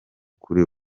kuri